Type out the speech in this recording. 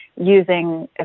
using